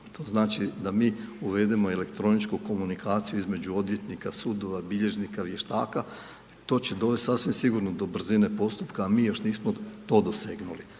To znači da mi uvedemo elektroničku komunikaciju između odvjetnika, sudova, bilježnika, vještaka. To će dovesti sasvim sigurno do brzine postupka a mi još nismo to dosegnuli.